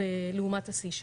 לעומת השיא שלה.